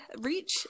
reach